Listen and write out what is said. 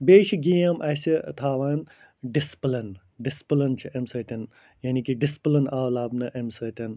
بیٚیہِ چھِ گیم اَسہِ تھاوان ڈِسپٕلٕن ڈِسپٕلٕن چھِ اَمہِ سۭتۍ یعنی کہِ ڈِسپٕلٕن آو لَبنہٕ اَمہِ سۭتۍ